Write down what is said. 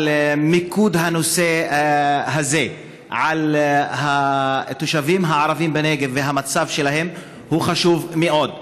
אבל המיקוד בנושא הזה של התושבים הערבים בנגב והמצב שלהם הוא חשוב מאוד.